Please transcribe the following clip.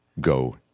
go